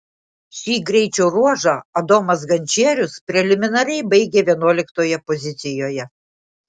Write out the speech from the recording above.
šį greičio ruožą adomas gančierius preliminariai baigė vienuoliktoje pozicijoje